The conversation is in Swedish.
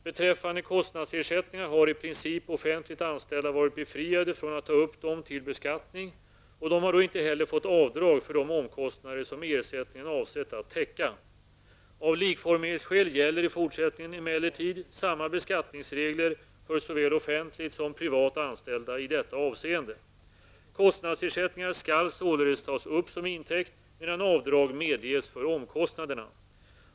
Beträffande kostnadsersättningar har i princip offentligt anställda varit befriade från att ta upp dem till beskattning, och de har då inte heller fått avdrag för de omkostnader som ersättningen avsett att täcka. Av likformighetsskäl gäller i fortsättningen emellertid samma beskattningsregler för såväl offentligt som privat anställda i detta avseende. Kostnadsersättningar skall således tas upp som intäkt medan avdrag medges för omkostnaderna.